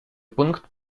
пункт